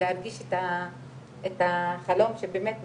להרגיש את החלום שבאמת מתממש,